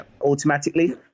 automatically